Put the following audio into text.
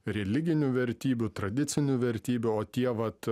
religinių vertybių tradicinių vertybių o tie vat